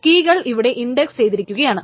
കീകൾ ഇവിടെ ഇൻഡക്സ് ചെയ്തിരിക്കുകയാണ്